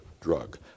drug